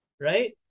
right